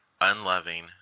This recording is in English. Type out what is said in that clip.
unloving